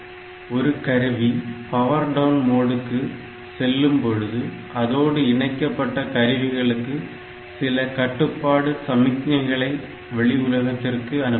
ஒரு கருவி power down மோடுக்கு செல்லும் பொழுது அதோடு இணைக்கப்பட்ட கருவிகளுக்கு சில கட்டுப்பாடு சமிக்ஞைகளை வெளி உலகத்திற்கு அனுப்புகிறது